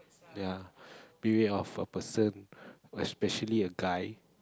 ya beware of a person especially a guy